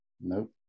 Nope